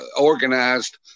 organized